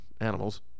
animals